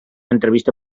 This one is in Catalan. entrevista